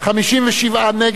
57 נגד,